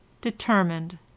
determined